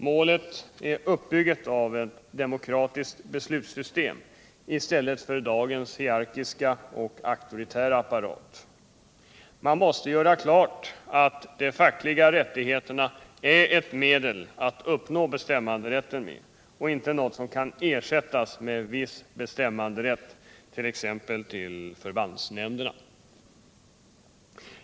Målet är uppbyggandet av ett demokratiskt beslutssystem i stället för dagens hierarkiska och auktoritära apparat. Man måste göra klart att de fackliga rättigheterna är ett medel för att uppnå bestämmanderätten och Försvarspolitiken, inte något som kan ersättas med att viss bestämmanderätt ges t.ex. till förbandsnämnderna.